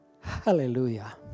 Hallelujah